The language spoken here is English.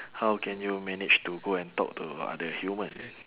how can you manage to go and talk to other human